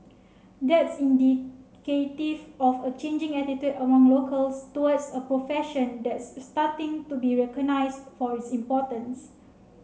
that's indicative of a changing attitude among locals towards a profession that's starting to be recognised for its importance